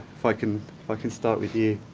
if i can ah can start with you,